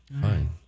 Fine